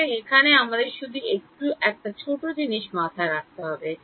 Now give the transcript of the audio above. সুতরাং এখানে আমাদের শুধু একটু একটা ছোট জিনিস মাথায় রাখতে হবে